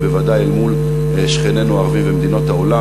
ובוודאי אל מול שכנינו הערבים ומדינות העולם.